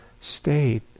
state